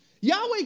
Yahweh